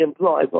employable